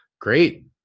great